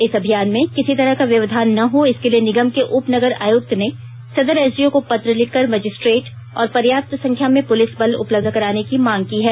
इस अभियान में किसी तरह का व्यवधान न हो इसके लिए निगम के उपनगर आयुक्त ने सदर एसडीओ को पत्र लिखकर मजिस्ट्रेट और पर्याप्त संख्या में पुलिस बल उपलब्ध कराने की मांग की है